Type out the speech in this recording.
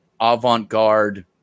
avant-garde